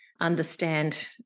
understand